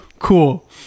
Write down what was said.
cool